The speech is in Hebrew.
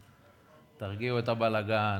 תרגיעו את הבלגן,